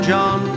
John